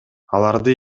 аларды